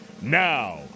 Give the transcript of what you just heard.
Now